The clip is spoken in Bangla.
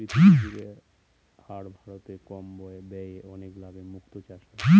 পৃথিবী জুড়ে আর ভারতে কম ব্যয়ে অনেক লাভে মুক্তো চাষ হয়